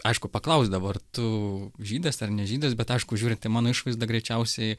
aišku paklausdavo ar tu žydas ar ne žydas bet aišku žiūrint į mano išvaizdą greičiausiai